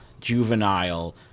juvenile